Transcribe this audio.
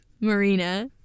Marina